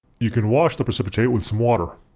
you can wash the precipitate with some water.